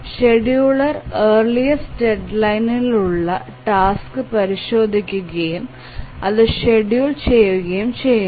scheduler earliest ഡെഡ്ലൈനിനു ഉള്ള task പരിശോധിക്കുകയും അത് ഷെഡ്യൂൾ ചെയ്യുകയും ചെയ്യുന്നു